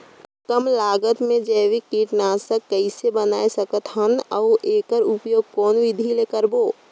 कम लागत मे जैविक कीटनाशक कइसे बनाय सकत हन अउ एकर उपयोग कौन विधि ले करबो?